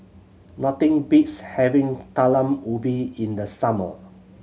nothing beats having Talam Ubi in the summer